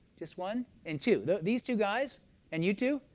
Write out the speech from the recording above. just one and two. these two guys and you two.